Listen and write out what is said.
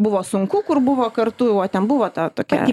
buvo sunku kur buvo kartu o ten buvo ta tokia